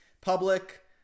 public